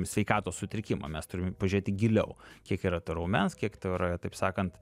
sveikatos sutrikimą mes turim pažiūrėti giliau kiek yra to raumens kiek to yra taip sakant